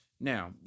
now